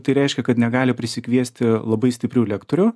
tai reiškia kad negali prisikviesti labai stiprių lektorių